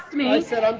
me! i said i'm